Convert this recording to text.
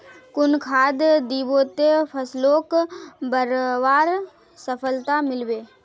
कुन खाद दिबो ते फसलोक बढ़वार सफलता मिलबे बे?